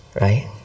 right